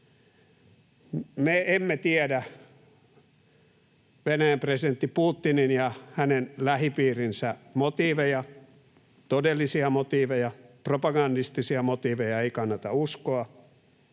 Me emme tiedä Venäjän presidentti Putinin ja hänen lähipiirinsä motiiveja, todellisia motiiveja, propagandistisia motiiveja ei kannata uskoa.